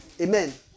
Amen